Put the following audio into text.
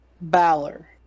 Balor